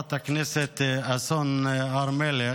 חברת הכנסת אסון הר מלך,